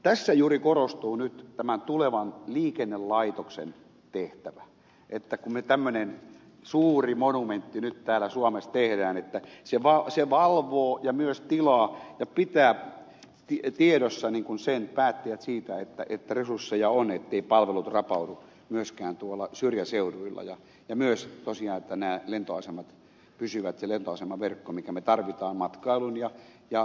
tässä juuri korostuu nyt tämän tulevan liikennelaitoksen tehtävä että kun me tämmöinen suuri monumentti nyt täällä suomessa tehdään että se valvoo ja myös tilaa ja pitää tiedossa niin kuin päättäjät siitä että resursseja on etteivät palvelut rapaudu myöskään tuolla syrjäseuduilla ja myös tosiaan että nämä lentoasemat ja lentoasemaverkko pysyvät minkä me tarvitsemme matkailun ja myös muun elinkeinotoiminnan vuoksi